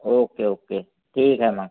okay okay ठीक आहे मग